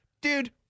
dude